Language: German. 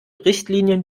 richtlinien